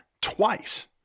twice